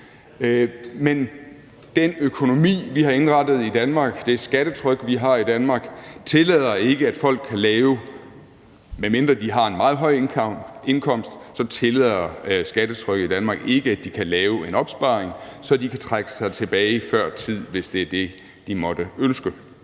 men den økonomi, vi har indrettet i Danmark, det skattetryk, vi har i Danmark, tillader ikke, at folk kan – medmindre de har en meget høj indkomst – lave en opsparing, så de kan trække sig tilbage før tid, hvis det er det, de måtte ønske.